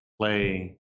play